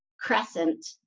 crescent